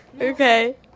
Okay